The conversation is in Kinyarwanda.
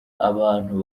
abantu